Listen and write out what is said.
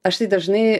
aš tai dažnai